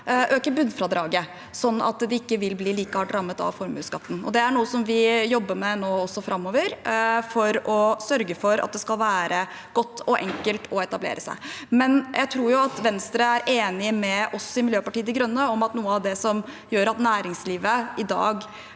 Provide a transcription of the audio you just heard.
øke bunnfradraget, slik at de ikke vil bli like hardt rammet av formuesskatten. Det er noe vi jobber med nå og også framover for å sørge for at det skal være godt og enkelt å etablere seg. Jeg tror jo Venstre er enig med oss i Miljøpartiet De Grønne i at noe av det som gjør at næringslivet i dag